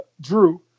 Drew